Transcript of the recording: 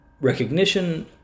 recognition